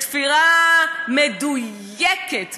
בתפירה מדויקת,